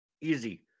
easy